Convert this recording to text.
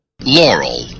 Laurel